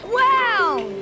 Wow